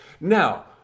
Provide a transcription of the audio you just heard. Now